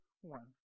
one